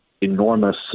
enormous